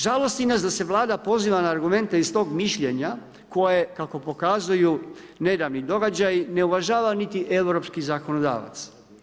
Žalosti nas da se Vlada poziva na argumente iz tog mišljenja, koje, kako pokazuju nedavni događaji, ne uvažava niti europski zakonodavac.